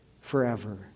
forever